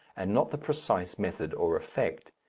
and not the precise method or effect.